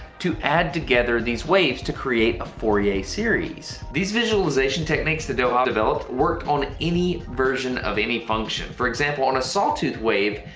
to add together these waves to create a fourier series. these visualization techniques that doga developed worked on any version of any function. for example on a sawtooth wave,